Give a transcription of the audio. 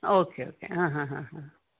okay okay ಆಂ ಹಾಂ ಹಾಂ ಹಾಂ